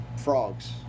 frogs